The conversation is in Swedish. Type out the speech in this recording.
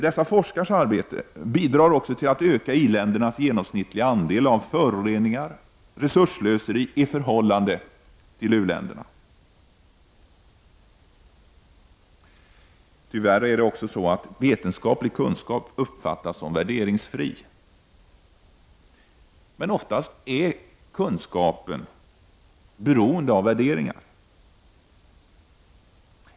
Dessa forskares arbete bidrar också till att öka i-ländernas genomsnittliga andel av föroreningar och resursslöseri i förhållande till u-länderna. Tyvärr är det också så att vetenskaplig kunskap ofta uppfattas som värderingsfri. Men oftast är kunskapen beroende av värderingar.